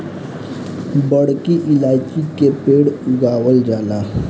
बड़की इलायची के पेड़ उगावल जाला